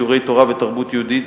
שיעורי תורה ותרבות יהודית